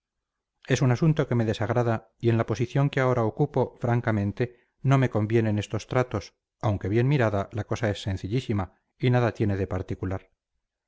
es un asunto que me desagrada y en la posición que ahora ocupo francamente no me convienen estos tratos aunque bien mirada la cosa es sencillísima y nada tiene de particular